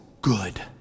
good